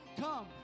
Come